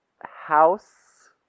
house